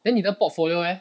then 你的 portfolio leh